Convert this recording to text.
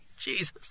Jesus